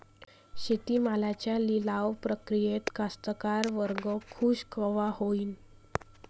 शेती मालाच्या लिलाव प्रक्रियेत कास्तकार वर्ग खूष कवा होईन?